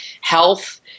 health